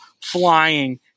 flying